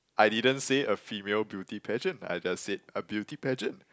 I didn't say a female beauty pageant I just said a beauty pageant